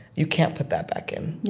you can't put that back in.